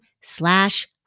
slash